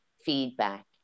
feedback